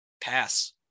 pass